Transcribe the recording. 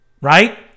right